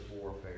warfare